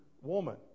woman